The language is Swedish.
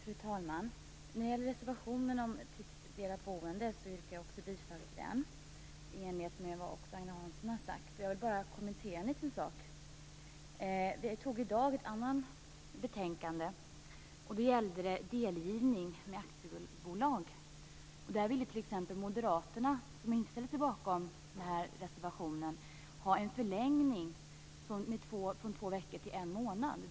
Fru talman! Jag yrkar också bifall till reservationen om tidsdelat boende och hänvisar till vad Agne Hansson har sagt. Jag vill bara kommentera en liten sak. I dag fattade vi beslut om ett annat betänkande. Då gällde det delgivning med aktiebolag. Där ville t.ex. Moderaterna, som inte ställer sig bakom den här reservationen, ha en förlängning från två veckor till en månad.